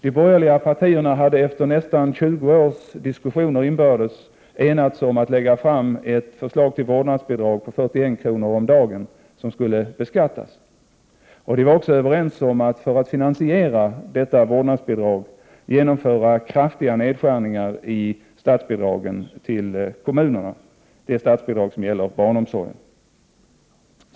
De borgerliga partierna hade efter nästan 20 års diskussioner inbördes enats om att lägga fram ett förslag till vårdnadsbidrag om 41 kr./dag, vilket skulle beskattas. De var också överens om att för att finansiera detta vårdnadsbidrag genomföra kraftiga nedskärningar i statsbidragen till den kommunala barnomsorgen.